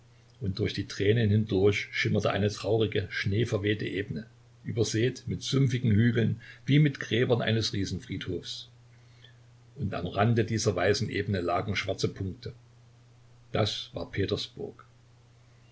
und durch die tränen hindurch schimmerte eine traurige schneeverwehte ebene übersät mit sumpfigen hügeln wie mit gräbern eines riesenfriedhofs und am rande der weißen ebene lagen schwarze punkte das war petersburg